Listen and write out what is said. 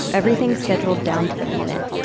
everything scheduled down to the minute